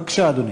בבקשה, אדוני.